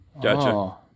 Gotcha